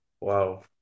Wow